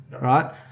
right